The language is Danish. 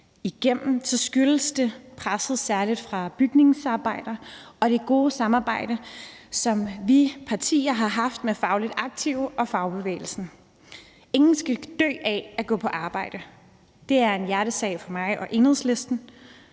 skyldes det presset fra særlig bygningsarbejdere og det gode samarbejde, som vi partier har haft med fagligt aktive og fagbevægelsen. Ingen skal dø af at gå på arbejde. Det er en hjertesag for mig og Enhedslisten,